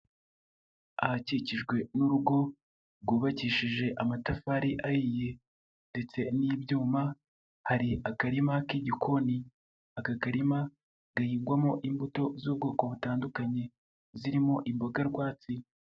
Ahakikijwe n'urugo rwubakishije amatafari ahiye, ndetse n'ibyuma hari akarima k'igikoni ,aka karima gahingwamo imbuto z'ubwoko butandukanye, zirimo imboga rwatsi.